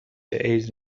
ایدز